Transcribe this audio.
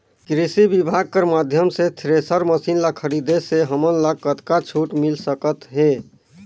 कृषि विभाग कर माध्यम से थरेसर मशीन ला खरीदे से हमन ला कतका छूट मिल सकत हे?